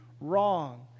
wrong